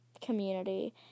community